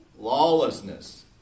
Lawlessness